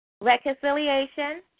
Reconciliation